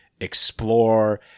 explore